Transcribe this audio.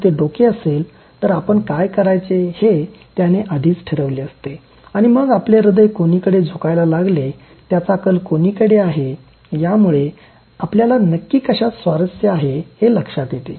जर ते डोके असेल तर आपण काय करायचे हे त्याने आधीच ठरविले असते आणि मग आपले हृदय कोणीकडे झुकायला लागलेय त्याचा कल कोणीकडे आहे यामुळे आपल्याला नक्की कशात स्वारस्य आहे हे लक्षात येते